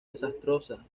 desastrosa